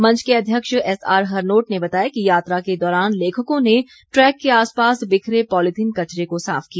मंच के अध्यक्ष एसआर हरनोट ने बताया कि यात्रा के दौरान लेखकों ने ट्रैक के आसपास बिखरे पॉलीथीन कचरे को साफ किया